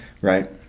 right